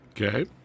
Okay